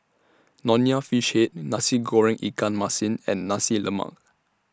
Nonya Fish Head Nasi Goreng Ikan Masin and Nasi Lemak